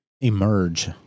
emerge